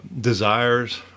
desires